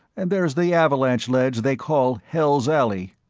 and there's the avalanche ledge they call hell's alley